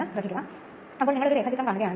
അതിനാൽ ഇത് യഥാർത്ഥത്തിൽ സ്ക്വിറൽ കേജ് യന്ത്രംആണ്